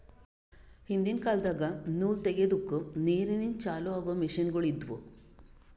ಹಿಂದಿನ್ ಕಾಲದಾಗ ನೂಲ್ ತೆಗೆದುಕ್ ನೀರಿಂದ ಚಾಲು ಆಗೊ ಮಷಿನ್ಗೋಳು ಇದ್ದುವು